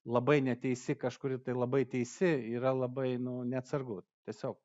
labai neteisi kažkuri tai labai teisi yra labai neatsargu tiesiog